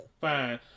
Fine